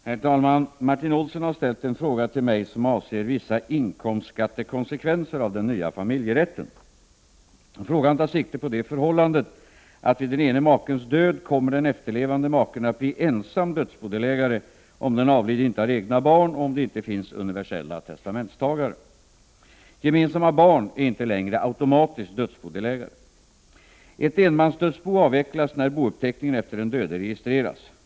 Herr talman! Martin Olsson har ställt en fråga till mig som avser vissa inkomstskattekonsekvenser av den nya familjerätten. Frågan tar sikte på det förhållandet att vid den ene makens död kommer den efterlevande maken att bli ensam dödsbodelägare om den avlidne inte hade egna barn och om det inte finns universella testamentstagare. Gemensamma barn är inte längre automatiskt dödsbodelägare. Ett enmansdödsbo avvecklas när bouppteckningen efter den döde registreras.